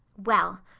well,